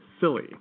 silly